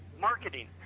marketing